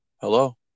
Hello